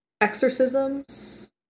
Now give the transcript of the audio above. exorcisms